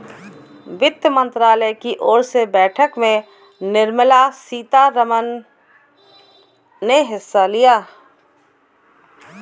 वित्त मंत्रालय की ओर से बैठक में निर्मला सीतारमन ने हिस्सा लिया